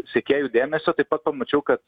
sekėjų dėmesio taip pat pamačiau kad